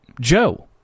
Joe